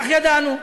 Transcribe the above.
כך ידענו.